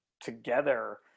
together